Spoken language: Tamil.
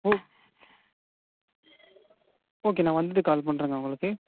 ஓகே ஓகே நான் வந்துவிட்டு கால் பண்ணுறேங்க உங்களுக்கு